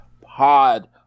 Pod